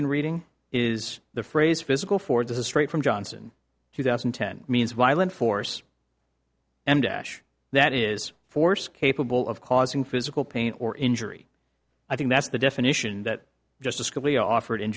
been reading is the phrase physical force is a straight from johnson two thousand and ten means violent force and ash that is force capable of causing physical pain or injury i think that's the definition that justice scalia offered in